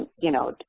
you know,